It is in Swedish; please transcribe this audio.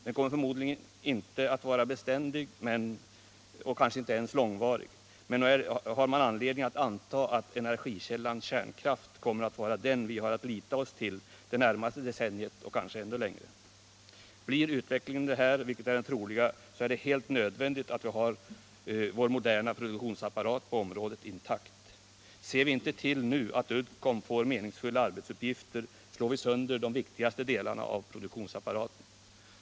Den kommer förmodligen inte att vara beständig och kanske inte ens långvarig, men nog har man anledning att anta att energikällan kärnkraft kommer att vara den vi har att lita till det närmaste decenniet och kanske ännu längre. Blir utvecklingen den här, vilket är troligt, är det nödvändigt att vi har vår moderna produktionsapparat på området i takt. Ser vi inte till nu att Uddcomb får meningsfulla arbetsuppgifter slår vi sönder de viktigaste delarna av produktionsapparaten.